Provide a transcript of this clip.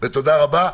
תודה רבה.